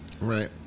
Right